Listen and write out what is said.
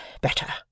better